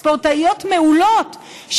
ספורטאיות מעולות,